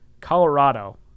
Colorado